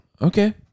Okay